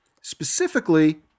specifically